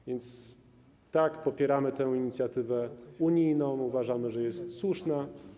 A więc tak, popieramy tę inicjatywę unijną, uważamy, że jest słuszna.